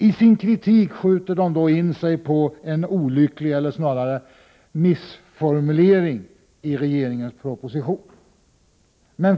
I sin kritik skjuter de in sig på en miss i formuleringen i regeringens proposition.